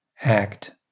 act